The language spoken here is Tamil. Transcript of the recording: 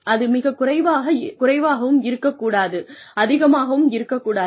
அது மிகக் குறைவாகவும் இருக்க கூடாது அதிகமாகவும் இருக்கக் கூடாது